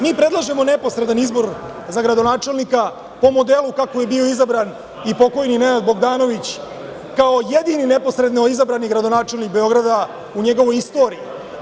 Mi predlažemo neposredan izbor za gradonačelnika po modelu kako je bio izabran i pokojni Nenad Bogdanović, kao jedini neposredno izabrani gradonačelnik Beograda u njegovoj istoriji.